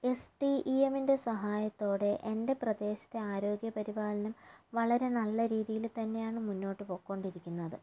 S T E M ൻ്റെ സഹായത്തോടെ എൻ്റെ പ്രദേശത്തെ ആരോഗ്യപരിപാലനം വളരെ നല്ല രീതിയില് തന്നെയാണ് മുന്നോട്ട് പൊക്കോണ്ടിരിക്കുന്നത്